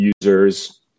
users